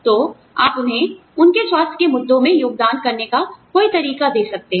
तो आप उन्हें उनके स्वास्थ्य के मुद्दों में योगदान करने का कोई तरीका दे सकते हैं